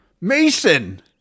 Mason